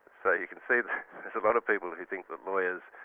so you can see there's a lot of people who think that lawyers